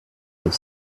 have